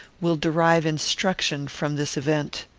will derive instruction from this event.